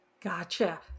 Gotcha